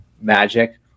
magic